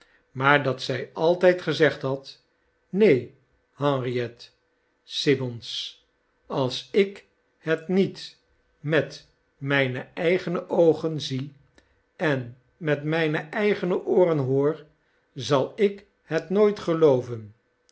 maar dat zij altijd gezegd had neen henriette simmons als ik het niet met mijne eigene oogen zie en met mijne eigene ooren hoor zal ik het nooit gelooven